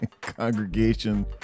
congregation